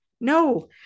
No